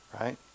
right